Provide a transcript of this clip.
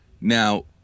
Now